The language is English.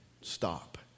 stop